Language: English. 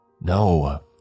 No